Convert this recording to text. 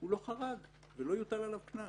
הוא לא חרג ולא יוטל עליו קנס.